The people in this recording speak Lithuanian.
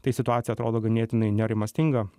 tai situacija atrodo ganėtinai nerimastinga